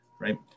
right